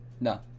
No